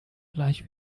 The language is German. gleich